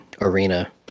arena